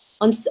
on